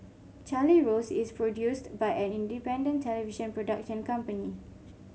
Charlie Rose is produced by an independent television production company